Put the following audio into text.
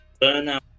burnout